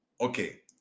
okay